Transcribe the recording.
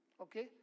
okay